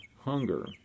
hunger